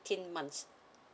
eighteen months